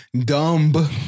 dumb